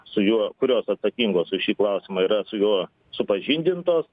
su juo kurios atsakingos už šį klausimą yra su juo supažindintos